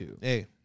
hey